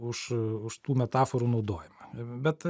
už už tų metaforų naudojimą bet